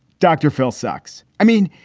dr. phil sucks. i mean,